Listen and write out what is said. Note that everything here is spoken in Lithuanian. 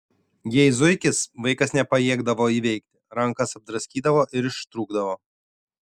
jei zuikis vaikas nepajėgdavo įveikti rankas apdraskydavo ir ištrūkdavo